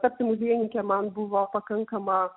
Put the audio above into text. tapti muziejininke man buvo pakankama